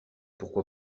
pourquoi